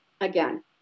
Again